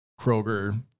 kroger